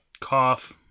Cough